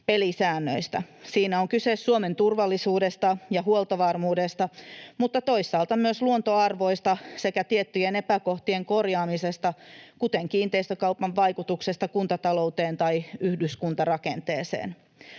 pelisäännöistä. Siinä on kyse Suomen turvallisuudesta ja huoltovarmuudesta mutta toisaalta myös luontoarvoista sekä tiettyjen epäkohtien korjaamisesta, kuten kiinteistökaupan vaikutuksesta kuntatalouteen tai yhdyskuntarakenteeseen.